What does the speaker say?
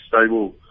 stable